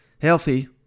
healthy